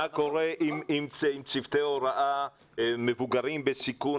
מה קורה עם צוותי הוראה מבוגרים בסיכון,